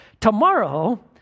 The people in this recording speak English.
tomorrow